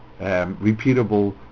repeatable